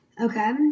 Okay